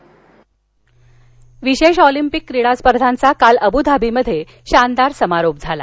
विशेष ऑलिम्पिक विशेष ऑलिम्पिक क्रीडा स्पर्धांचा काल अब्धाबीमध्ये शानदार समारोप झाला